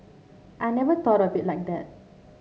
I never thought of it like that